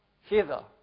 hither